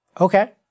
Okay